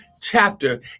chapter